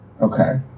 Okay